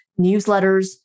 newsletters